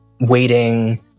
waiting